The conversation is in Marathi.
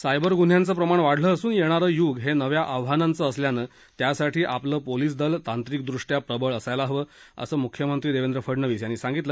सायबर गुन्ह्यांचं प्रमाण वाढलं असून येणारं युग हे नव्या आव्हानांचं असल्यानं त्यासाठी आपलं पोलीसदल तांत्रिक दृष्ट्या प्रबळ असायला हवं असं मुख्यमंत्री देवेंद्र फडणवीस यांनी सांगितलं